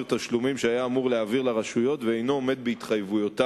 תשלומים שהיה אמור להעביר לרשויות ואינו עומד בהתחייבויותיו.